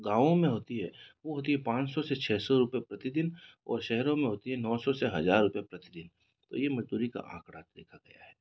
गाँव में होती है वो होती है पाँच सौ से छः सौ रूपये प्रतिदिन और शहरों में होती है नौ सौ से हज़ार रूपये प्रतिदिन तो ये मज़दूरी का आकड़ा देखा गया है